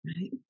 Right